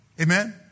Amen